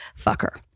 fucker